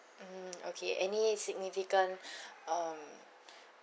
mm okay any significant um